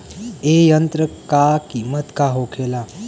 ए यंत्र का कीमत का होखेला?